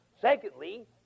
Secondly